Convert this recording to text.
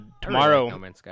Tomorrow